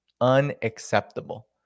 unacceptable